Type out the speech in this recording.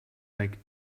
like